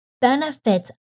benefits